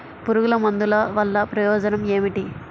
పురుగుల మందుల వల్ల ప్రయోజనం ఏమిటీ?